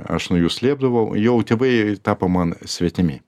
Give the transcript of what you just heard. aš nuo jų slėpdavau jau tėvai tapo man svetimi